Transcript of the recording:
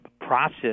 process